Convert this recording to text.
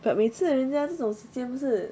but 每次人家这种时间是